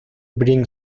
bring